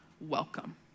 welcome